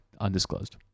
undisclosed